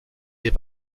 est